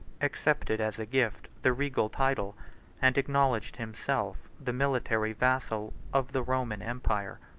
accepted as a gift the regal title and acknowledged himself the military vassal of the roman empire.